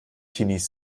teenies